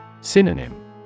Synonym